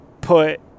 put